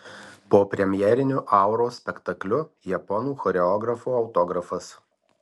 po premjeriniu auros spektakliu japonų choreografo autografas